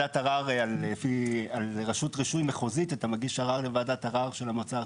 על רשות רישוי מחוזית אתה מגיש ערר לוועדת הערר של המועצה הארצית.